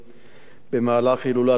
במהלך הילולת "אור החיים"